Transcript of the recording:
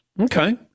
Okay